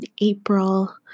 April